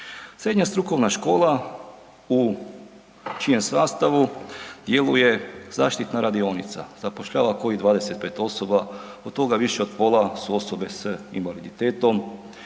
srednja strukovna škola u čijem sastavu djeluje zaštitna radionica, zapošljava kojih 25 osoba, od toga više od pola su osobe s invaliditetom,